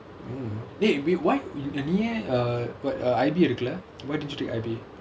oo eh wait why நீ ஏன்:nee yaen err I_B எடுக்கல:edukkala why did you take I_B